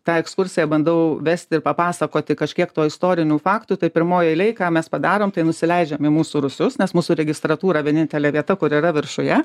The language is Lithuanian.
tą ekskursiją bandau vesti ir papasakoti kažkiek to istorinių faktų tai pirmoj eilėj ką mes padarome tai nusileidžiam į mūsų rūsius nes mūsų registratūra vienintelė vieta kur yra viršuje